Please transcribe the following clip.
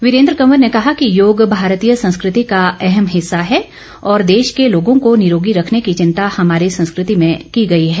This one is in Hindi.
वीरेन्द्र कंवर ने कहा कि योग भारतीय संस्कृति का अहम हिस्सा है और देश के लोगों को निरोगी रखने की चिंता हमारी संस्कृति में की गई है